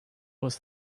was